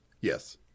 Yes